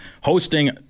hosting